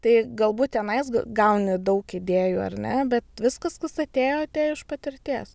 tai galbūt tenais g gauni daug idėjų ar ne bet viskas kas atėjo atėjo iš patirties